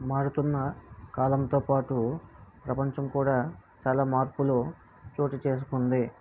మారుతున్న కాలంతో పాటు ప్రపంచం కూడా చాలా మార్పులు చోటు చేసుకుంది